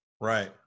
Right